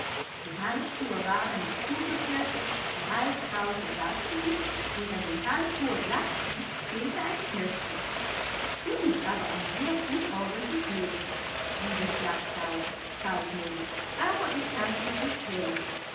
die handschuhe waren nicht zugeknöpft die halskrause saß schief und an dem halbhohen lackschuh fehlte ein knöpfchen du bist aber ein sehr unordentlich mädchen liebes lachtaube schalt nellie aber ich kann dich nicht helfen